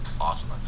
awesome